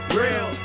real